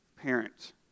parent